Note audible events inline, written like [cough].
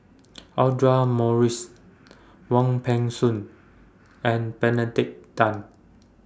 [noise] Audra Morrice Wong Peng Soon and Benedict Tan